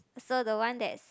so the one that's